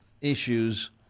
issues